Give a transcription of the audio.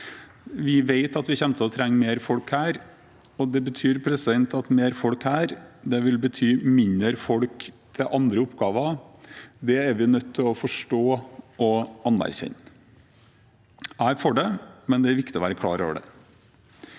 Vi vet at vi kommer til å trenge mer folk her, og mer folk her vil bety færre folk til andre oppgaver. Det er vi nødt til å forstå og anerkjenne. Jeg er for det, men det er viktig å være klar over det: